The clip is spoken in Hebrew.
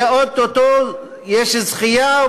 ואו-טו-טו יש זכייה.